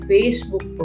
Facebook